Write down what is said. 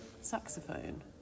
Saxophone